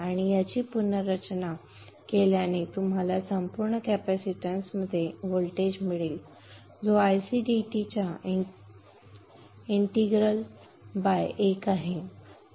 आणि याची पुनर्रचना केल्याने तुम्हाला संपूर्ण कॅपॅसिटन्समध्ये व्होल्टेज मिळेल जो Ic dt च्या इंटिग्रल एक by C integral Ic dt आहे